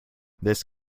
this